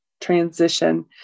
transition